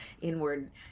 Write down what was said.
inward